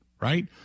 right